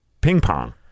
ping-pong